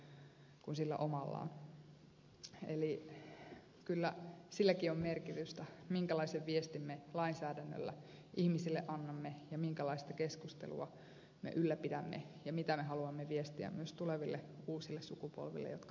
eli kyllä silläkin on merkitystä minkälaisen viestin me lainsäädännöllä ihmisille annamme ja minkälaista keskustelua me ylläpidämme ja mitä me haluamme viestiä myös tuleville uusille sukupolville jotka kasvavat